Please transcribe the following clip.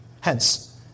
Hence